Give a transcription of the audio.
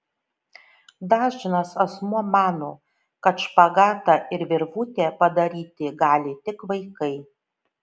dažnas asmuo mano kad špagatą ir virvutę padaryti gali tik vaikai